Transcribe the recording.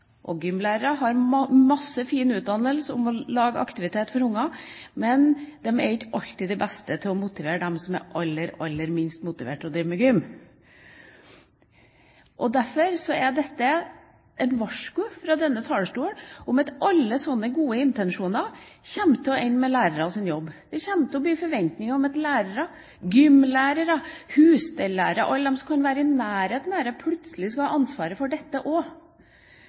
har mye fin utdannelse for å lage aktiviteter for barn, men de er ikke alltid de beste til å motivere dem som er aller, aller minst motiverte til å drive med gym. Derfor er dette et varsko fra denne talerstolen om at alle slike gode intensjoner kommer til å ende opp med å bli lærernes jobb. Det kommer til å bli forventninger om at lærere – gymlærere, husstellærere, alle de som kan være i nærheten av dette – plutselig skal ha ansvaret for dette